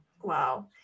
Wow